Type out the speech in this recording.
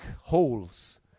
holes